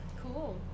Cool